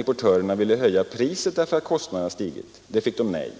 Importörerna ville höja priset därför att kostnaderna stigit. Den framställningen fick de nej på.